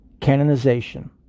canonization